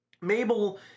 Mabel